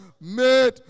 made